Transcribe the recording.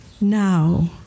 now